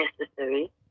necessary